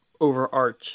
overarch